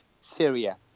Syria